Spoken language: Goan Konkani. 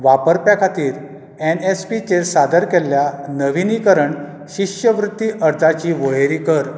वापरप्या खातीर एन एस पी चेर सादर केल्ल्या नविनिकरण शिश्यवृत्ती अर्जाची वळेरी कर